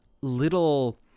little